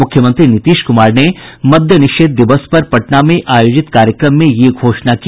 मुख्यमंत्री नीतीश कुमार ने मद्य निषेध दिवस पर पटना में आयोजित कार्यक्रम में यह घोषणा की